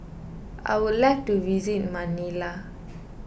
I would like to visit Manila